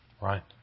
Right